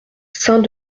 saint